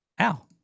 Ow